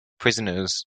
prisoners